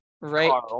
right